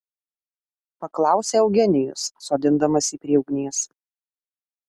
paklausė eugenijus sodindamas jį prie ugnies